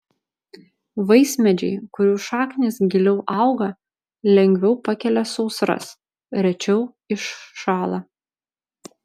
vaismedžiai kurių šaknys giliau auga lengviau pakelia sausras rečiau iššąla